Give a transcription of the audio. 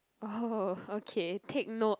oh okay take note